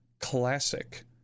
Classic